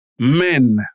men